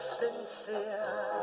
sincere